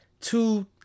two